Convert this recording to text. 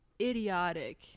idiotic